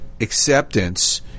acceptance